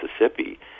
Mississippi